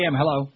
hello